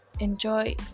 enjoy